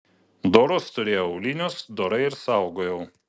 dorus turėjau aulinius dorai ir saugojau